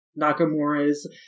nakamura's